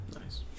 Nice